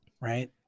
Right